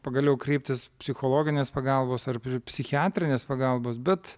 pagaliau kreiptis psichologinės pagalbos ar psichiatrinės pagalbos bet